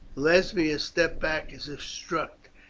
lesbia stepped back as if struck.